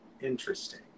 Interesting